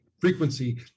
frequency